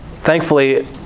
Thankfully